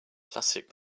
plastic